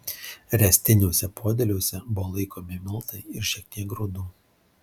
ręstiniuose podėliuose buvo laikomi miltai ir šiek tiek grūdų